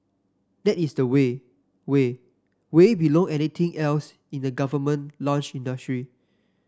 that is the way way way below anything else in the government launch industry